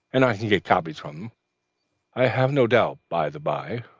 and i can get copies from i have no doubt. by the by,